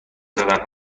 زدن